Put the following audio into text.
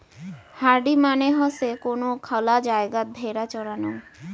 herding মানে হসে কোন খোলা জায়গাত ভেড়া চরানো